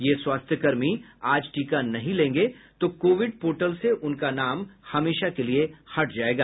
ये स्वास्थ्यकर्मि आज टीका नहीं लेंगे तो कोविड पोर्टल से उनका नाम हमेशा के लिए हट हो जायेगा